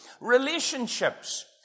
Relationships